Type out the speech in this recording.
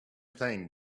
playing